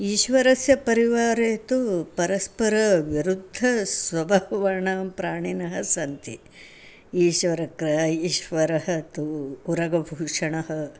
ईश्वरस्य परिवारे तु परस्परविरुद्धानां स्वभावानां प्राणिनः सन्ति ईश्वरकृपा ईश्वरः तु उरगभूषणः